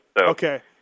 Okay